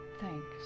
thanks